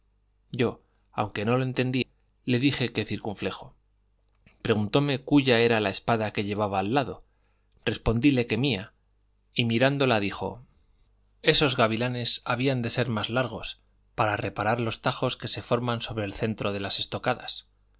yo aunque no lo entendí le dije que circunflejo preguntóme cúya era la espada que llevaba al lado respondíle que mía y mirándola dijo esos gavilanes habían de ser más largos para reparar los tajos que se forman sobre el centro de las estocadas